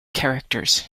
characters